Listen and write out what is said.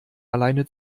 alleine